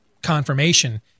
confirmation